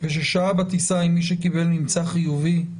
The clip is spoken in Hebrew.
ושהה בטיסה עם מי שקיבל ממצא חיובי.